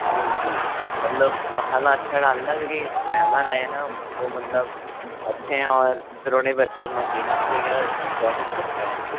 जी मतलब मसाला अच्छा डालना क्योंकि मेहमान आए है ना वो मतलब अच्छे हैं और फिर उन्हें भी अच्छा लगना चाहिए ना इससे क्या इंप्रेशन पड़ता है